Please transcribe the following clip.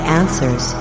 answers